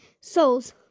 souls